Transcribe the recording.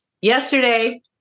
Yesterday